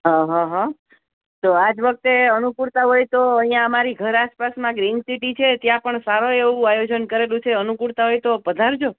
અંહંહં તો આ જ વખતે અનુકૂળતા હોય તો અહીંયા અમારી ઘર આસપાસમાં ગ્રીન સિટી છે ત્યાં પણ સારો એવું આયોજન કરેલું છે અનુકૂળતા હોય તો પધારજો